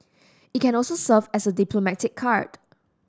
it can also serve as a diplomatic card